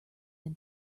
than